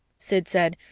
sid said,